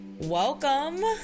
welcome